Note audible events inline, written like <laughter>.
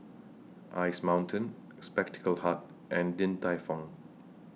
<noise> Ice Mountain Spectacle Hut and Din Tai Fung